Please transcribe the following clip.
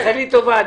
לחברי הוועדה,